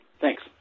Thanks